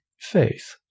faith